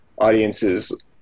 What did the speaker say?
audiences